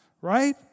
right